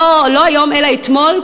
לא היום אלא אתמול,